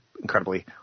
incredibly